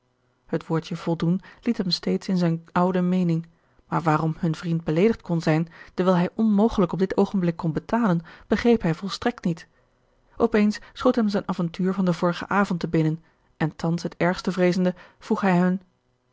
het woordje voldoen liet hem steeds in zijne oude meening maar waarom hun vriend beleedigd kon zijn dewijl hij onmogelijk op dit oogenblik kon betalen begreep hij volstrekt niet op eens schoot hem zijn avontuur van den vorigen avond te binnen en thans het ergste vreezende vroeg hij hun